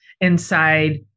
inside